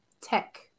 tech